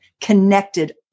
connected